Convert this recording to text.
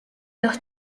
los